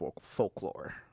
folklore